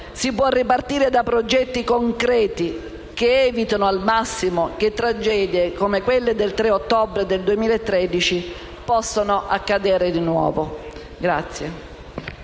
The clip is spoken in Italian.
si può ripartire da progetti concreti che evitino al massimo che tragedie come quelle del 3 ottobre 2013 possano accadere di nuovo.